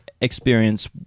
experience